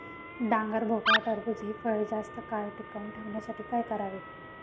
डांगर, भोपळा, टरबूज हि फळे जास्त काळ टिकवून ठेवण्यासाठी काय करावे?